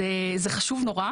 זה חשוב מאוד.